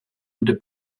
into